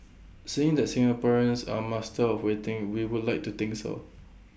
seeing the Singaporeans are master of waiting we would like to think so